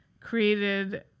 created